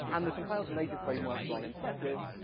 and the compile-to-native frameworks, while impressive,